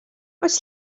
oes